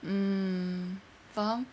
mm faham